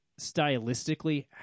stylistically